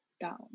down